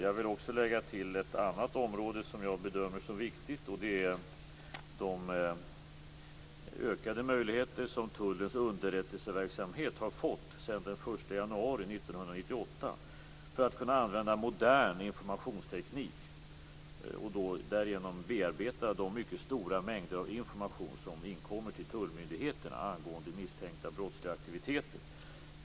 Jag vill också lägga till ett annat område som jag bedömer som viktigt, nämligen de ökade möjligheter som tullens underrättelseverksamhet har fått sedan den 1 januari 1998 för att kunna använda modern informationsteknik och därigenom bearbeta de mycket stora mängder av information som inkommer till tullmyndigheterna angående misstänkta brottsliga aktiviteter.